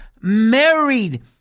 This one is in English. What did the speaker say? married